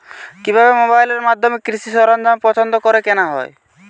কিভাবে মোবাইলের মাধ্যমে কৃষি সরঞ্জাম পছন্দ করে কেনা হয়?